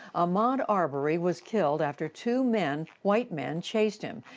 ahmaud arbery was killed after two men, white men, chased him.